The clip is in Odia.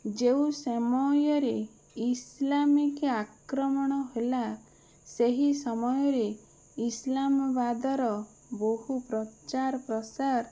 ଯେଉଁ ସମୟରେ ଇସ୍ଲାମିକ୍ ଆକ୍ରମଣ ହେଲା ସେହି ସମୟରେ ଇସ୍ଲାମାବାଦ୍ର ବହୁ ପ୍ରଚାର ପ୍ରସାର